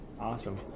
awesome